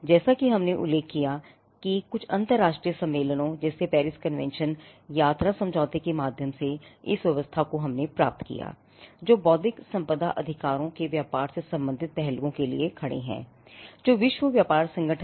जैसा कि हमने उल्लेख किया है हमने कुछ अंतरराष्ट्रीय सम्मेलनों जैसे पेरिस कन्वेंशन